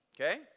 Okay